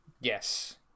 Yes